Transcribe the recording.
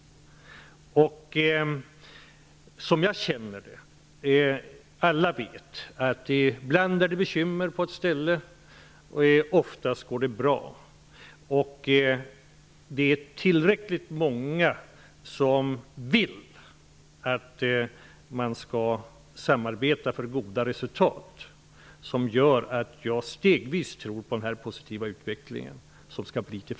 Alla vet att det ibland är bekymmer på en arbetsplats, men oftast går det bra. Det finns tillräckligt många som vill att man skall samarbeta för goda resultat, och det gör att jag tror på denna positiva utveckling, som kommer stegvis.